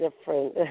different